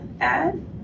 add